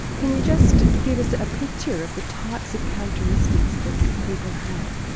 can you just give us a picture of the types of characteristics that that people have?